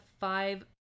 five